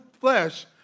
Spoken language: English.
flesh